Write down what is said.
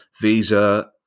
Visa